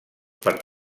per